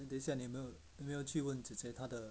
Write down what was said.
then 等一下你有没有有没有去问姐姐她的